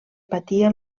patia